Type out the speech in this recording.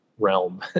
Realm